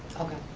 okay.